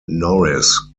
norris